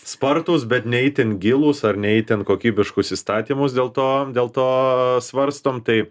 spartūs bet ne itin gilūs ar ne itin kokybiškus įstatymus dėl to dėl to svarstom tai